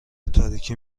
تاریکی